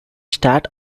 start